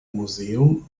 museum